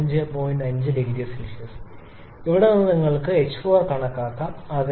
50𝐶 അവിടെ നിന്ന് നിങ്ങൾക്ക് h4 കണക്കാക്കാം